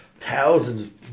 thousands